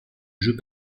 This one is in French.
jeu